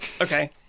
Okay